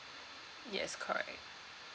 yes correct